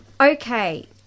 Okay